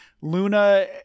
Luna